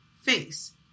face